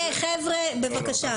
מנהלת הליגות לכדורגל, בבקשה.